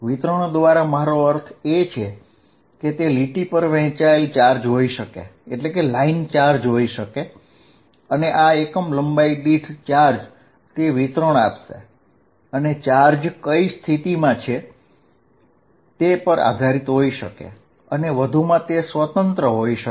વિતરણ દ્વારા મારો અર્થ એ છે કે તે લીટી પર વહેંચાયેલ ચાર્જ હોઈ શકે છે અને આ એકમ લંબાઈ દીઠ ચાર્જ તે વિતરણ આપશે અને ચાર્જ કઇ સ્થિતિમાં છે તે પર આધારીત હોઈ શકે અને વધુમાં તે સ્વતંત્ર હોઈ શકે